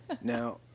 Now